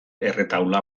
erretaula